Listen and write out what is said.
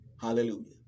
Hallelujah